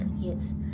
yes